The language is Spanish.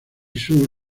sur